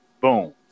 Boom